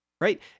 Right